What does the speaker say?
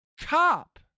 cop